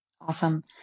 awesome